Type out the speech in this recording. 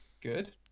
Good